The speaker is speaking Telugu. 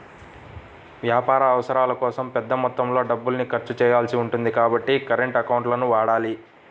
వ్యాపార అవసరాల కోసం పెద్ద మొత్తంలో డబ్బుల్ని ఖర్చు చేయాల్సి ఉంటుంది కాబట్టి కరెంట్ అకౌంట్లను వాడాలి